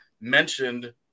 mentioned